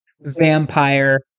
vampire